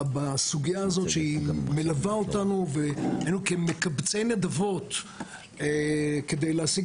בסוגיה הזאת שהיא מלווה אותנו והיינו כמקבצי נדבות כדי להשיג